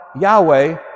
Yahweh